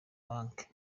banki